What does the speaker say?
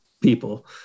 people